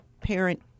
parent